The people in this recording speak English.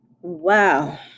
Wow